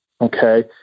Okay